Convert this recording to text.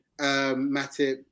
Matic